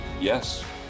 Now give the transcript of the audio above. yes